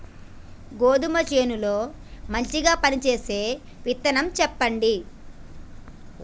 గోధుమ చేను లో మంచిగా పనిచేసే విత్తనం చెప్పండి?